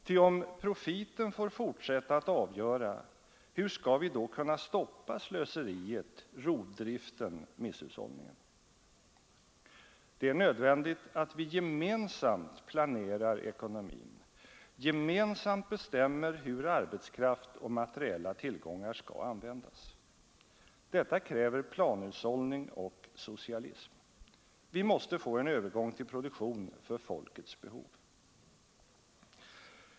Ty om profiten får fortsätta att avgöra, hur skall vi då kunna stoppa slöseriet, rovdriften, misshushållningen? Det är nödvändigt att vi gemensamt planerar ekonomin, gemensamt bestämmer hur arbetskraft och materiella tillgångar skall användas. Detta kräver planhushållning och socialism. Vi måste få en övergång till produktion för folkets behov.